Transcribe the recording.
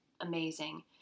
amazing